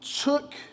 took